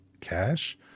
cash